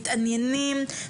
מתעניינים,